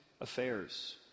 affairs